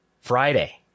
Friday